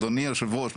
אדוני יושב הראש.